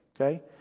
Okay